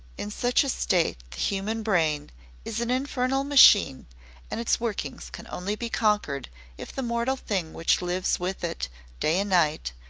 in such a state the human brain is an infernal machine and its workings can only be conquered if the mortal thing which lives with it day and night,